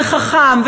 וחכם,